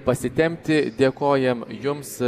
pasitempti dėkojam jums